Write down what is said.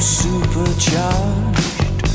supercharged